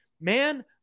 man